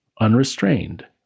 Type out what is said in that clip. unrestrained